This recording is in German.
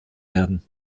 werden